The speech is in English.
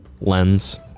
lens